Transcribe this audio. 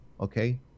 okay